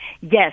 yes